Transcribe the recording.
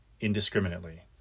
indiscriminately